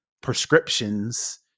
prescriptions